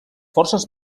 forces